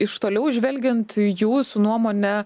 iš toliau žvelgiant jūsų nuomone